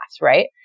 right